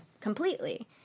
completely